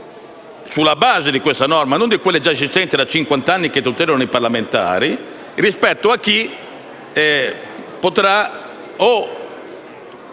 sulla base di questa norma, e non di quelle già esistenti da cinquant'anni che tutelano i parlamentari, rispetto a chi - come